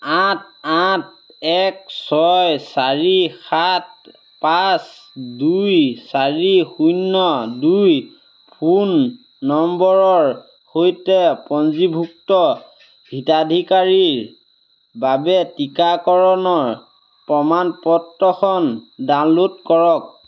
আঠ আঠ এক ছয় চাৰি সাত পাঁচ দুই চাৰি শূন্য দুই ফোন নম্বৰৰ সৈতে পঞ্জীভুক্ত হিতাধিকাৰীৰ বাবে টীকাকৰণৰ প্ৰমাণপত্ৰখন ডাউনলোড কৰক